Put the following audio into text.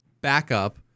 backup